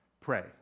pray